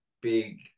big